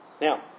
Now